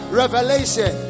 revelation